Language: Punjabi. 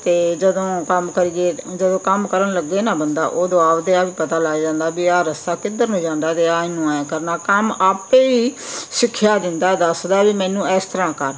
ਅਤੇ ਜਦੋਂ ਕੰਮ ਕਰੀਏ ਜਦੋਂ ਕੰਮ ਕਰਨ ਲੱਗੇ ਨਾ ਬੰਦਾ ਉਦੋਂ ਆਪਦੇ ਆਪ ਹੀ ਪਤਾ ਲੱਗ ਜਾਂਦਾ ਵੀ ਆਹ ਰਸਤਾ ਕਿੱਧਰ ਨੂੰ ਜਾਂਦਾ ਅਤੇ ਆਹ ਇਹਨੂੰ ਐਂ ਕਰਨਾ ਕੰਮ ਆਪੇ ਹੀ ਸਿੱਖਿਆ ਦਿੰਦਾ ਦੱਸਦਾ ਵੀ ਮੈਨੂੰ ਇਸ ਤਰ੍ਹਾਂ ਕਰ